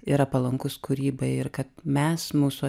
yra palankūs kūrybai ir kad mes mūsų